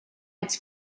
its